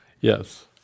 yes